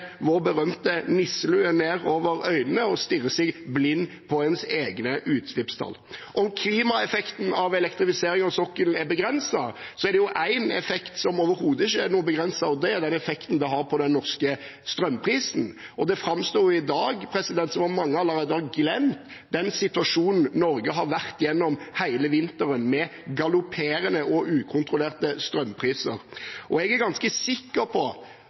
berømte nisselua vår ned over øynene og stirre seg blind på sine egne utslippstall. Om klimaeffekten av elektrifisering av sokkelen er begrenset, er det en effekt som overhodet ikke er noe begrenset, og det er effekten det har på den norske strømprisen. Det framstår i dag som om mange allerede har glemt den situasjonen Norge har vært gjennom hele vinteren, med galopperende og ukontrollerte strømpriser. Jeg er ganske sikker på